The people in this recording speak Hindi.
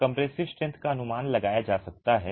कंप्रेसिव स्ट्रेंथ का अनुमान लगाया जा सकता है